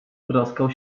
troskał